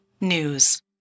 news